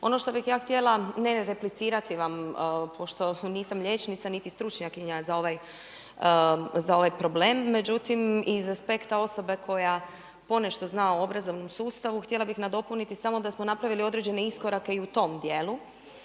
Ono što bi ja htjela ne replicirati vam, pošto nisam liječnica niti stručnjakinja za ovaj problem, međutim iz aspekta osobe koja ponešto zna o obrazovnom sustavu, htjela bih nadopuniti samo da smo napravili određene iskorake i u tom dijelu.